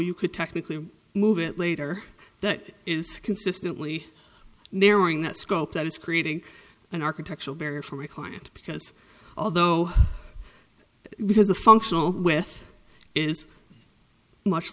you could technically move it later but is consistently narrowing that scope that is creating an architectural barrier for a client because although because the functional with is much